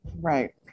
right